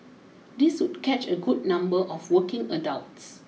this would catch a good number of working adults